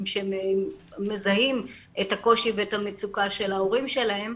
שהם מזהים את הקושי ואת המצוקה של ההורים שלהם,